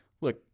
look